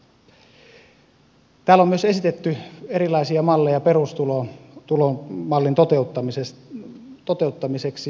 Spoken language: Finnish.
täällä on myös esitetty erilaisia malleja perustulomallin toteuttamiseksi